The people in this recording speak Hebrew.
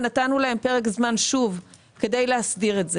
ונתנו להם פרק זמן שוב כדי להסדיר את זה.